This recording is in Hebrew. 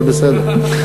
אבל בסדר.